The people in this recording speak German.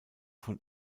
von